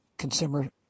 consumer